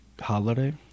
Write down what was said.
holiday